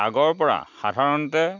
আগৰ পৰা সাধাৰণতে